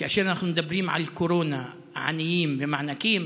כאשר אנחנו מדברים על קורונה, עניים ומענקים